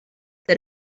that